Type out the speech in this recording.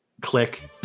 Click